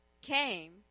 came